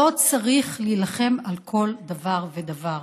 לא צריך להילחם על כל דבר ודבר.